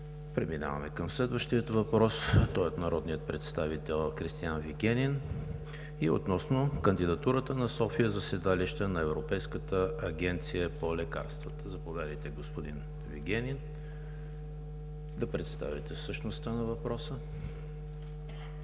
Преминаваме към следващия въпрос. Той е от народния представител Кристиан Вигенин относно кандидатурата на София за седалище на Европейската агенция по лекарствата. Заповядайте, господин Вигенин, да представите същността на въпроса.